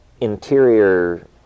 interior